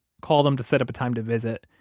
called him to set up a time to visit.